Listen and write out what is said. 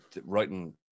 writing